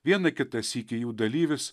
vieną kitą sykį jų dalyvis